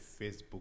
facebook